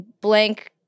blank